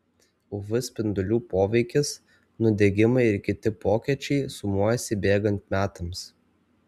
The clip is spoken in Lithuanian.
uv spindulių poveikis nudegimai ir kiti pokyčiai sumuojasi bėgant metams